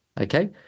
Okay